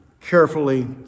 carefully